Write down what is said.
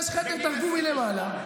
יש חדר תרגום מלמעלה,